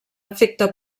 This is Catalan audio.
efecte